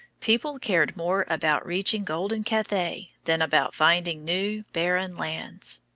people cared more about reaching golden cathay than about finding new, barren lands.